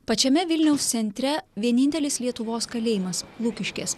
pačiame vilniaus centre vienintelis lietuvos kalėjimas lukiškės